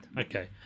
Okay